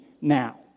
now